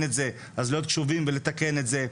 את זה אז להיות קשובים ולתקן את זה,